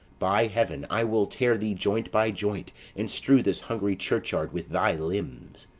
by heaven, i will tear thee joint by joint and strew this hungry churchyard with thy limbs.